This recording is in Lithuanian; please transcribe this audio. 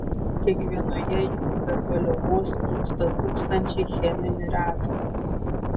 kiekvienoje jų be paliovos vyksta tūkstančiai cheminių reakcijų